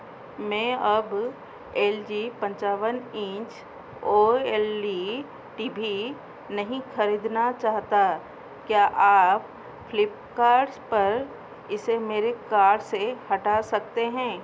मैं अब L G पंचावन inch O L E T भी नहीं ख़रीदना चाहता क्या आप फ्लीपकार्ट पर इसे मेरे कार्ट से हटा सकते हैं